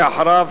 אחריו,